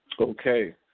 Okay